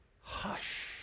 hush